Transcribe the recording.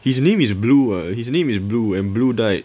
his name is blue [what] his name is blue and blue died